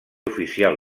oficial